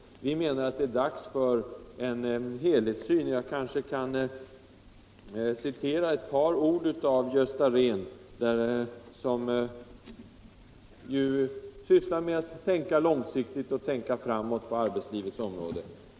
167 Vi menar att det är dags för en helhetssyn. Jag kanske får citera några ord av Gösta Rehn, som sysslar med att tänka långsiktigt framåt på arbetslivets område.